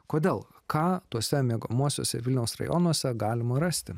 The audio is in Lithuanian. kodėl ką tuose miegamuosiuose vilniaus rajonuose galima rasti